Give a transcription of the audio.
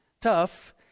tough